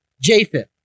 Japheth